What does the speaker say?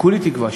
וכולי תקווה,